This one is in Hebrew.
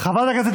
אתה מדבר שטויות.